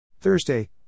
Thursday